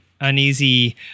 uneasy